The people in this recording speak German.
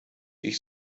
ich